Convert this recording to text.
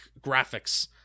graphics